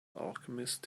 alchemist